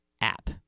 app